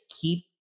keep